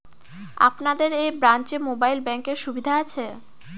আপনাদের এই ব্রাঞ্চে মোবাইল ব্যাংকের সুবিধে আছে?